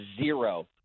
zero